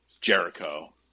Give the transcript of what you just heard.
Jericho